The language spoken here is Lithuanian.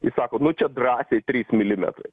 jis sako nu čia drąsiai trys milimetrai